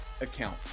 account